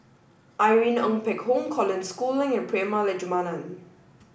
Irene Ng Phek Hoong Colin Schooling and Prema Letchumanan